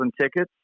tickets